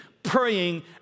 Praying